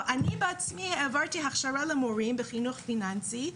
אבל אני בעצמי העברתי הכשרה למורים בחינוך פיננסי,